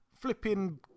flipping